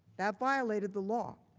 that violated the law,